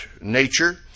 nature